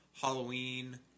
Halloween